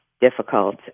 difficult